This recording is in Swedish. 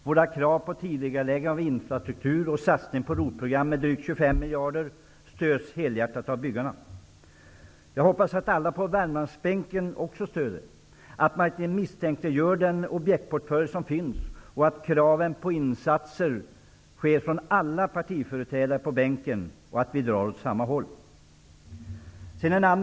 Våra krav på tidigareläggande av infrastruktursatsningar och satsning på ROT-program med drygt 25 miljarder stöds helhjärtat av byggarna. Jag hoppas att alla på Värmlandsbänken också stöder detta, att man inte misstänkliggör den objektsportfölj som finns, att krav på insatser kommer från alla partiföreträdare på bänken och att vi drar åt samma håll.